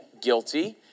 guilty